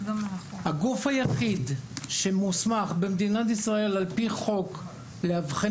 הגוף היחיד שמוסמך במדינת ישראל על פי חוק לאבחן